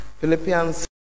Philippians